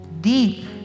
deep